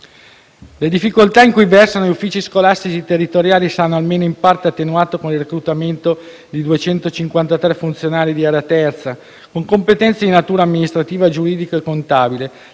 Le difficoltà in cui versano gli uffici scolastici territoriali saranno, almeno in parte, attenuate con il reclutamento di 253 funzionari di area III, con competenze di natura amministrativa, giuridica e contabile,